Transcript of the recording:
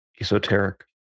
Esoteric